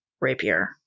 rapier